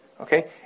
okay